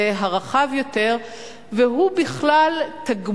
לסדר-היום הוא בעצם הנושא של הבונוסים תמורת סוג של